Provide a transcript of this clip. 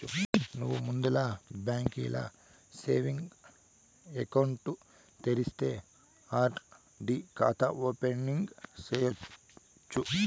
నువ్వు ముందల బాంకీల సేవింగ్స్ ఎకౌంటు తెరిస్తే ఆర్.డి కాతా ఓపెనింగ్ సేయచ్చు